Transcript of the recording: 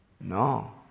No